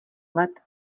let